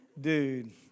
Dude